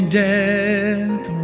death